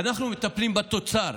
אנחנו מטפלים בתוצר.